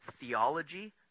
theology